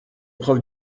preuve